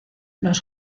los